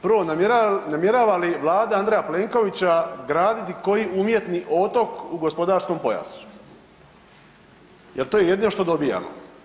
Prvo, namjerava li Vlada Andreja Plenkovića graditi koji umjetni otok u gospodarskom pojasu jer to je jedino što dobijamo?